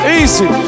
Easy